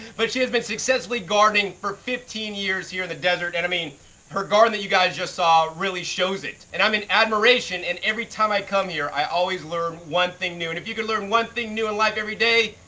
but she has been successfully gardening for fifteen years here in the desert and i mean her garden that you guys just saw really shows it. and i'm in admiration and every time i come here i always learn one thing new and if you can learn one thing new in life every day,